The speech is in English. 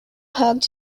hugged